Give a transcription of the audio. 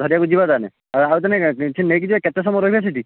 ଧରିବାକୁ ଯିବା ତା'ହେଲେ ନେଇକି ଯିବା କେତେ ସମୟ ରହିବା ସେଇଠି